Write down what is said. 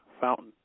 Fountain